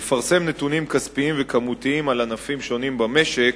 מתקשה לפרסם נתונים כספיים וכמותיים על ענפים שונים במשק,